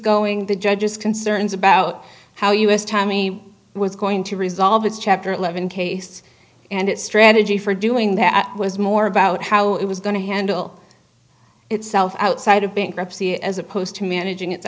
going the judge's concerns about how us tommy was going to resolve it chapter eleven case and its strategy for doing that was more about how it was going to handle itself outside of bankruptcy as opposed to managing it